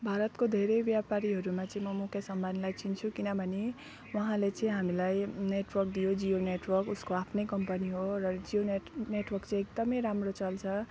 भारतको धेरै व्यापारीहरूमा चाहिँ म मुकेश अम्बानीलाई चिन्छु किनभने उहाँले चाहिँ हामीलाई नेटवर्क दियो जियो नेटवर्क उसको आफ्नै कम्पनी हो र जियो नेट नेटवर्क चाहिँ एकदमै राम्रो चल्छ